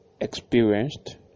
experienced